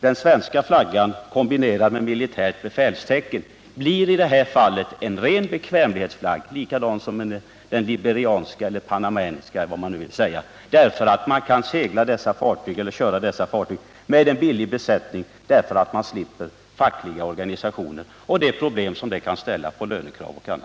Den svenska flaggan, kombinerad med militärt befälstecken, blir i det här fallet en ren bekvämlighetsflagg — likadan som den liberianska, panamanska eller vad det nu gäller — därför att man kör dessa fartyg med en billig besättning, beroende på att man slipper fackliga organisationer och de krav som dessa kan ställa när det gäller löner och annat.